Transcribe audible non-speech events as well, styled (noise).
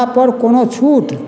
(unintelligible) पर कोनो छूट